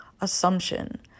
assumption